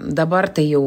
dabar tai jau